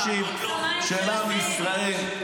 רגישים של עם ישראל.